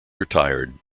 retired